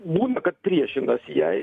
būna kad priešinas jai